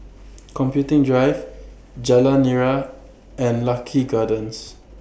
Computing Drive Jalan Nira and Lucky Gardens